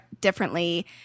differently